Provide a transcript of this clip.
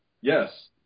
yes